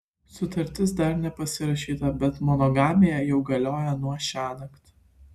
sutartis dar nepasirašyta bet monogamija jau galioja nuo šiąnakt